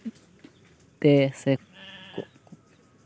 ᱛᱮ ᱥᱮ